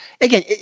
again